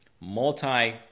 Multi